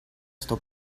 sto